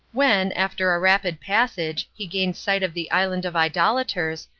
when, after a rapid passage, he gained sight of the island of idolaters,